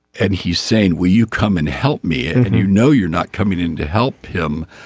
and he's saying will you come and help me. and and you know you're not coming in to help him.